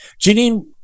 Janine